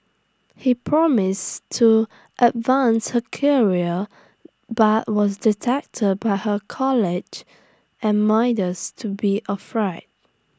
he promised to advance her career but was detected by her colleagues and minders to be A fraud